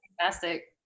fantastic